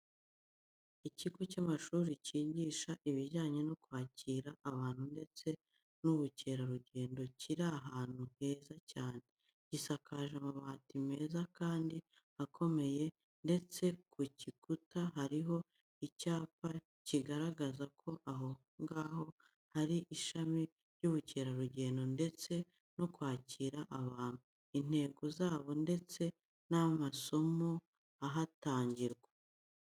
Ikigo cy'ishuri cyigisha ibijyanye no kwakira abantu ndetse n'ubukerarugendo kiri ahantu heza cyane. Gisakaje amabati meza kandi akomeye ndetse ku gikuta hariho icyapa kigaragaza ko aho ngaho hari ishami ry'ubukerarugendo ndetse no kwakira abantu, intego zabo ndetse n'amasomo ahatangirwa.